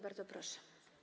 Bardzo proszę.